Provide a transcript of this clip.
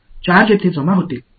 எனவே சார்ஜ்கள் அங்கு குவிந்துவிடும்